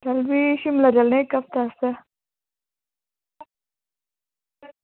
चल फ्ही शिमला चलने इक हफ्ते आस्तै